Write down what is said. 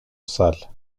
salles